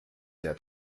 der